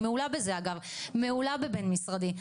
אני מעולה בזה אגב, מעולה בבין משרדי.